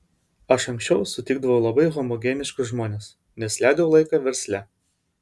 aš anksčiau sutikdavau labai homogeniškus žmones nes leidau laiką versle